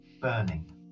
burning